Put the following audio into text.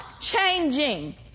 changing